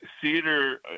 cedar